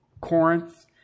Corinth